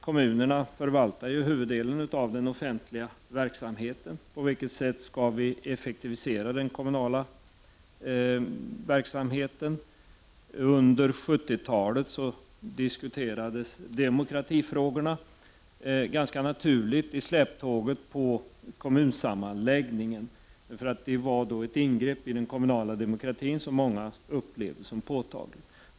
Kommunerna förvaltar huvuddelen av den offentliga verksamheten. På vilket sätt kan vi effektivisera den kommunala verksamheten? Under 70-talet diskuterades demokratifrågorna ganska naturligt i stäptåget på kommunsammanläggningarna. Det var ett ingrepp i den kommunala demokratin som många upplevde som påtagligt.